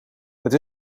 het